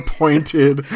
pointed